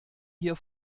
hier